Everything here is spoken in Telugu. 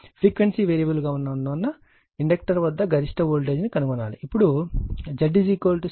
ఫ్రీక్వెన్సీ వేరియబుల్ గా ఉన్నందున ఇండక్టర్ వద్ద గరిష్ట వోల్టేజ్ను కనుగొనాలి